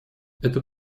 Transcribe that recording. это